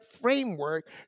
framework